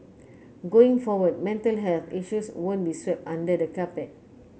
going forward mental health issues won't be swept under the carpet